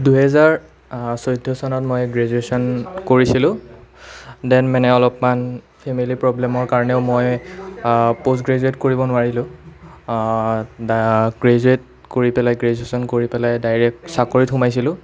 দুহেজাৰ চৈধ্য চনত মই গ্ৰেজুয়েশ্যন কৰিছিলোঁ দেন মানে অলপমান ফেমিলীৰ প্ৰব্লেমৰ কাৰণেও মই পষ্ট গ্ৰেজুয়েট কৰিব নোৱাৰিলোঁ দা গ্ৰেজুয়েট কৰি পেলাই গ্ৰেজুয়েশ্যন কৰি পেলাই ডাইৰেক্ট চাকৰিত সোমাইছিলোঁ